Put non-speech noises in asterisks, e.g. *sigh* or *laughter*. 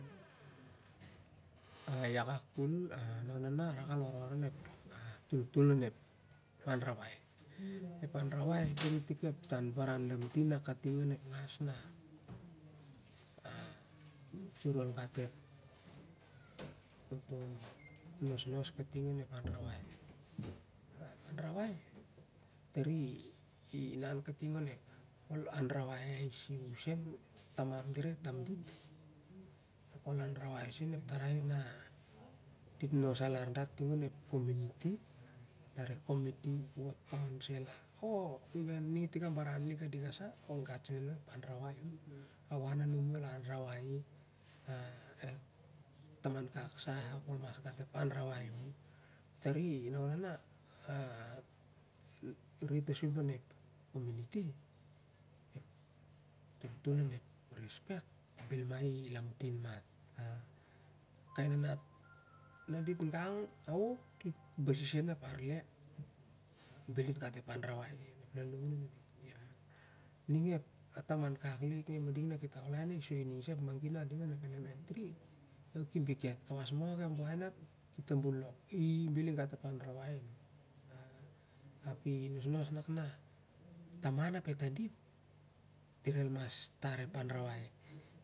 *noise* A i akak kol naona a rak al warwar onep toltol onep anrawai. Aurawai *noise* i lamtin mat kol kating onep ngal na *hesitation* sur ot gat ep *noise* nosnos kating onep anra wai. Anrawai tari i ninan kating onep ol anrawai lesi i sen taman dira etamdit ap ol a arawai sen e sitning na dit nos alat datling lon ep cominity lav e comity ward counseler o even ning iting a baren lik a ali ga sa ol gat sen aloep anrawai on a wan a nami ol anrawari i ap ep taman kak sah ol mas gat ep anrawai an atari naona a retasup lon ep comminity ep toltol onep respect bel ma i lamtin mat kai nanat na dit gang dit basi sen ep arte